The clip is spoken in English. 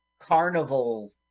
carnival